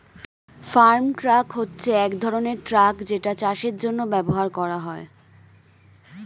farm truck হচ্ছে এক ধরনের ট্রাক যেটা চাষের জন্য ব্যবহার করা হয়